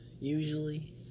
usually